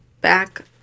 back